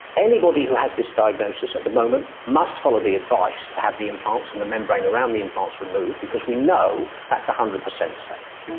anybody who has this diagnosis at the moment must follow the advice to have the implants and the membrane around the implants removed because we know that's one hundred percent safe.